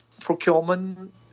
procurement